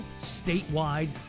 statewide